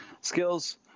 skills